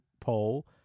poll